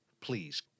Please